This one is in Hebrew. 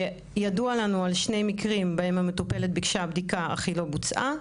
ידוע לנו על שני מקרים בהם המטופלת ביקשה בדיקה אך היא לא בוצעה.